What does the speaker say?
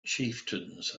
chieftains